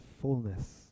fullness